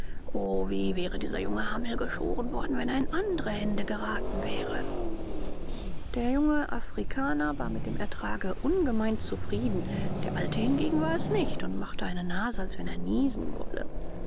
wie wäre dieser junge hammel geschoren worden wenn er in andre hände geraten wäre der junge afrikaner war mit dem ertrage ungemein zufrieden der alte hingegen war es nicht und machte eine nase als wenn er niesen wolle